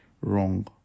wrong